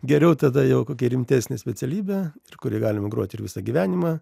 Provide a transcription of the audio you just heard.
geriau tada jau kokią rimtesnę specialybę ir kur galima groti ir visą gyvenimą